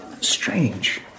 Strange